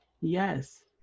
Yes